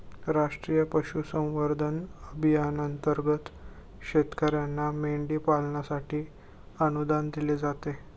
राष्ट्रीय पशुसंवर्धन अभियानांतर्गत शेतकर्यांना मेंढी पालनासाठी अनुदान दिले जाते